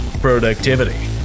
productivity